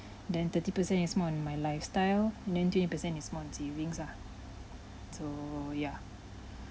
then thirty per cent is more on my lifestyle and then twenty per cent is more on savings ah so ya